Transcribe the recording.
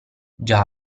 già